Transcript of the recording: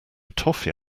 toffee